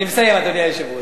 אני מסיים, אדוני היושב-ראש.